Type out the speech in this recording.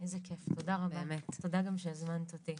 איזה כיף תודה רבה, תודה גם שהזמנת אותי.